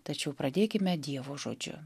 tačiau pradėkime dievo žodžiu